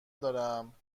دارمگفته